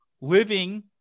living